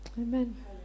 Amen